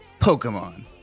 Pokemon